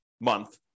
month